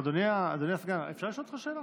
אדוני הסגן, אפשר לשאול אותך שאלה?